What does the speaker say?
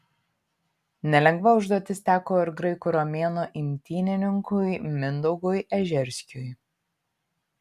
nelengva užduotis teko ir graikų romėnų imtynininkui mindaugui ežerskiui